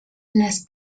les